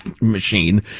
machine